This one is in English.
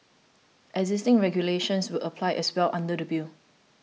existing regulations will apply as well under the bill